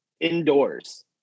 indoors